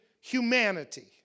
humanity